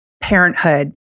parenthood